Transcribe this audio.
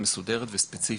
ומסודרת וספציפית.